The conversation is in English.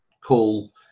cool